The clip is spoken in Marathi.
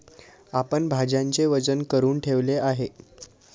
आपण भाज्यांचे वजन करुन ठेवले आहे